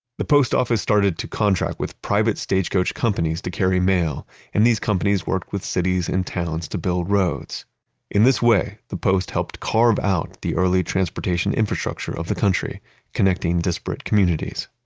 the post office started to contract with private stagecoach companies to carry mail and these companies worked with cities and towns to build roads in this way, the post helped carve out the early transportation infrastructure of the country connecting disparate communities.